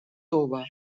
tova